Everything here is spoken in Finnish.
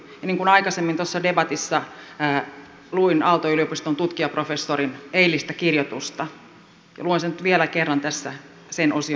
kun aikaisemmin tuossa debatissa luin aalto yliopiston tutkijaprofessorin eilistä kirjoitusta luen sen nyt vielä kerran tässä sen osion uudelleen